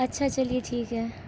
اچھا چلیے ٹھیک ہے